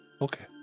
Okay